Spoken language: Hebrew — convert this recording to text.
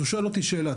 אז הוא שואל אותי שאלה,